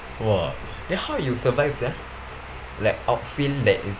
!wah! then how you survive sia like outfield that is